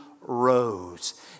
rose